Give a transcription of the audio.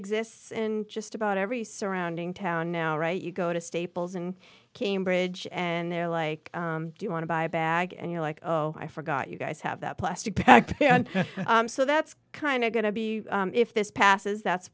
exists and just about every surrounding town now right you go to staples and cambridge and they're like do you want to buy a bag and you're like oh i forgot you guys have that plastic bag and so that's kind of going to be if this passes that's